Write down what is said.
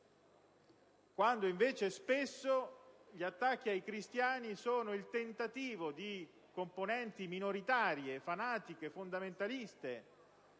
quando invece spesso gli attacchi ai cristiani sono il tentativo di componenti minoritarie, fanatiche, fondamentaliste